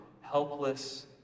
helpless